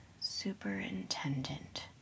Superintendent